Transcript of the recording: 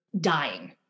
dying